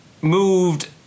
moved